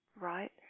right